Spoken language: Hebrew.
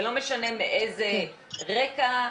ולא משנה מאיזה רקע,